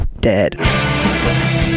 dead